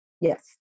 Yes